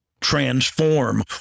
transform